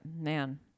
man